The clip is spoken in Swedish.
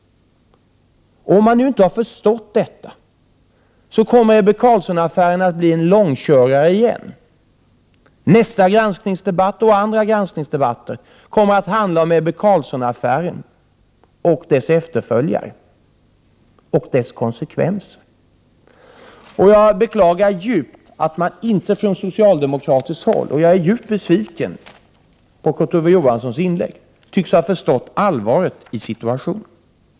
Om man nu inte har förstått detta, kommer Ebbe Carlsson-affären att bli en långkörare igen. Nästa granskningsdebatt och andra granskningsdebatter kommer att handla om Ebbe Carlsson-affären, dess efterföljare och dess konsekvenser. Jag beklagar djupt att man inte från socialdemokratiskt håll tycks ha förstått allvaret i situationen. Jag är djupt besviken på Kurt Ove Johanssons inlägg. Herr talman!